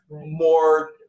more